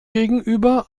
gegenüber